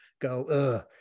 go